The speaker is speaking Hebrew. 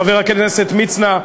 חבר הכנסת מצנע,